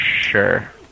Sure